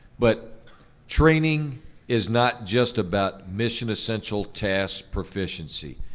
but training is not just about mission essential task proficiency.